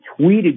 tweeted